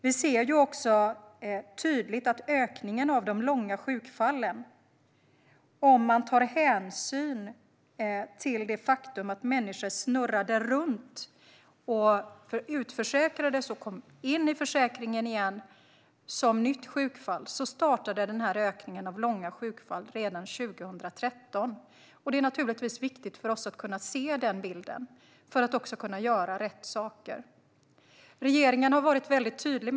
Vi ser också tydligt hur det var med ökningen av de långa sjukfallen, om man tar hänsyn till det faktum att människor snurrade runt, utförsäkrades och kom in i försäkringen igen som ett nytt sjukfall. Ökningen av de långa sjukfallen startade redan 2013. Det är naturligtvis viktigt för oss att kunna se den bilden för att kunna göra rätt saker. Regeringen har varit väldigt tydlig.